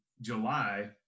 July